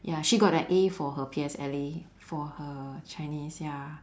ya she got a A for her P_S_L_E for her chinese ya